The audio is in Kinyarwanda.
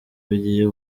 bigeye